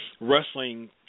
wrestling